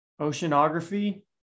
oceanography